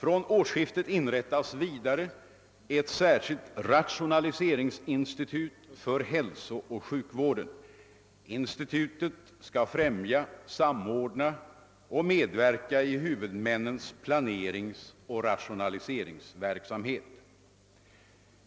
Vid årsskiftet inrättas vidare ett särskilt rationaliseringsinstitut för hälsooch sjukvården. Institutet skall främja, samordna och medverka i huvudmännens planeringsoch rationaliseringsverksamhet.